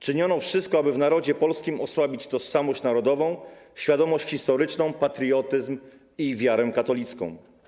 Czyniono wszystko, aby w narodzie polskim osłabić tożsamość narodową, świadomość historyczną, patriotyzm i wiarę katolicką.